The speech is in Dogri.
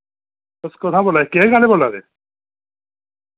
तुस कुत्थूं बोल्ला दे केक आह्ले बोल्ला दे